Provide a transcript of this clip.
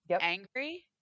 angry